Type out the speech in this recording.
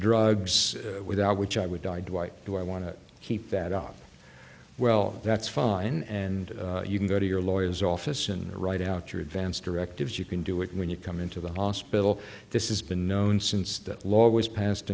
drugs without which i would die do i do i want to keep that up well that's fine and you can go to your lawyers office and write out your advance directives you can do it when you come into the hospital this is been known since the law was passed